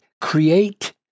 create